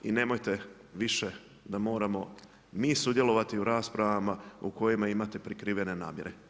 I nemojte više da moramo mi sudjelovati u raspravama u kojima imate prikrivene namjere.